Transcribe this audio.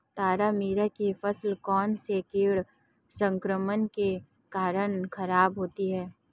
तारामीरा की फसल कौनसे कीट संक्रमण के कारण खराब होती है?